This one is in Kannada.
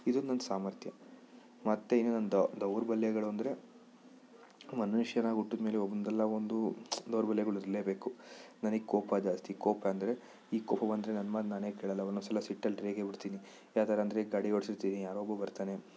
ಇದು ನನ್ನ ಸಾಮರ್ಥ್ಯ ಮತ್ತೆ ಏನೋ ನನ್ನ ದೌರ್ಬಲ್ಯಗಳು ಅಂದರೆ ಮನುಷ್ಯನಾಗಿ ಹುಟ್ಟಿದ್ಮೇಲೆ ಒಂದಲ್ಲ ಒಂದು ದೌರ್ಬಲ್ಯಗಳು ಇರಲೇಬೇಕು ನನಗೆ ಕೋಪ ಜಾಸ್ತಿ ಕೋಪ ಅಂದರೆ ಈಗ ಕೋಪ ಬಂದರೆ ನನ್ನ ಮಾತು ನಾನೆ ಕೇಳಲ್ಲ ಒಂದೊಂದ್ಸಲ ಸಿಟ್ಟಲ್ಲಿ ರೇಗೆ ಬಿಡ್ತೀನಿ ಯಾವ ಥರ ಅಂದರೆ ಈಗ ಗಾಡಿ ಓಡಿಸಿರ್ತೀನಿ ಯಾರೊ ಒಬ್ಬ ಬರ್ತಾನೆ